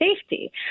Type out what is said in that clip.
safety